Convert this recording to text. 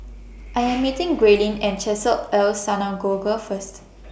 I Am meeting Grayling At Chesed El Synagogue First